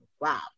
Wow